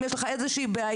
אם יש לך איזושהי בעיה,